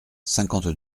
cinquante